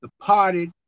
departed